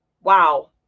Wow